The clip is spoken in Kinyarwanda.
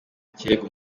ikirego